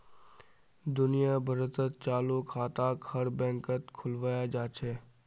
दुनिया भरत चालू खाताक हर बैंकत खुलवाया जा छे